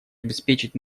обеспечить